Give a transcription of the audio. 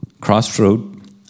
Crossroad